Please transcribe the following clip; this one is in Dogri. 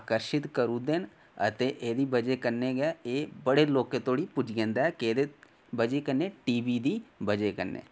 आकर्षित करूड़ दे न अते एह्दी वजह् कन्नै एह् बड़े लोकें धोड़ी पुज्जी जंदा ऐ केह्दी वजह् कन्नै टी वी दी वजह् कन्नै